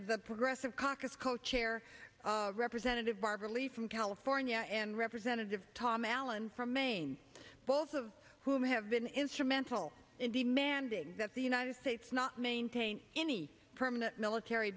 the progressive caucus co chair representative barbara lee from california and representative tom allen from maine both of whom have been instrumental in demanding that the united states not maintain any permanent military